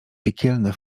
piekielne